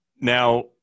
Now